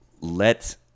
let